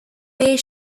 bare